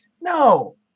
No